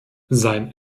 sein